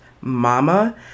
Mama